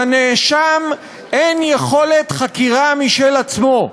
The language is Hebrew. לנאשם אין יכולת חקירה משל עצמו,